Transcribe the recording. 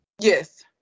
Yes